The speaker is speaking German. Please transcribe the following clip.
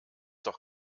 doch